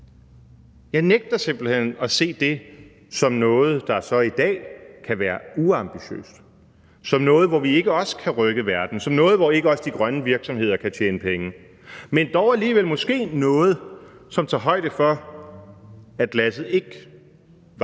Jeg nægter simpelt hen at se det som noget, der så i dag kan være uambitiøst, som noget, hvor vi ikke også kan rykke verden, som noget, hvor ikke også de grønne virksomheder kan tjene penge, men måske dog alligevel noget, som tager højde for, at glasset ikke var